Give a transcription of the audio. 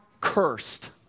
cursed